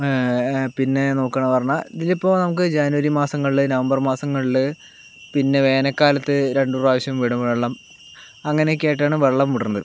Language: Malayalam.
പിന്നെ നോക്കുവാണെന്നു പറഞ്ഞാൽ ഇതിലിപ്പോൾ നമുക്ക് ജനുവരി മാസങ്ങളില് നവംബർ മാസങ്ങളിൽ പിന്നെ വേനൽക്കാലത്ത് രണ്ട് പ്രാവശ്യം വിടും വെള്ളം അങ്ങനെയൊക്കെ ആയിട്ടാണ് വെള്ളം വിടണത്